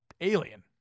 alien